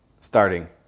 Starting